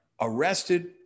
arrested